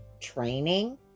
training